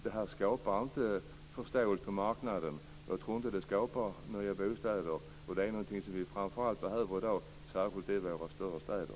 Detta skapar inte förståelse för marknaden, och det skapar inte nya bostäder. De behövs i dag, särskilt i våra större städer.